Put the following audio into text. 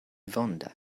vonda